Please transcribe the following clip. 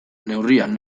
neurrian